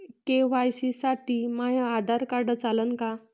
KYC साठी माह्य Aadhaar card चालन का?